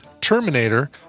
Terminator